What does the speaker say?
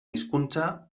hizkuntza